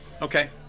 Okay